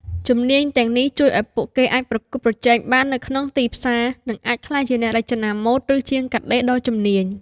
ជំនាញទាំងនេះជួយឱ្យពួកគេអាចប្រកួតប្រជែងបាននៅក្នុងទីផ្សារ និងអាចក្លាយជាអ្នករចនាម៉ូដ ឬជាងកាត់ដេរដ៏ជំនាញ។